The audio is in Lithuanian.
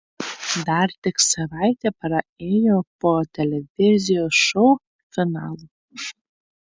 dar tik savaitė praėjo po televizijos šou finalo